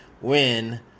win